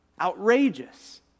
outrageous